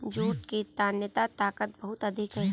jute की तन्यता ताकत बहुत अधिक है